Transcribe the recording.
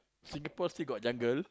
Singapore still got jungle